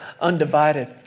undivided